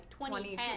2010